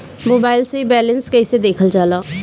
Mobile से balance कइसे देखल जाला?